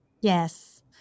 Yes